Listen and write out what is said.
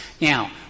Now